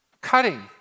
cutting